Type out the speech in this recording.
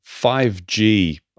5G